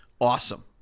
awesome